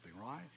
right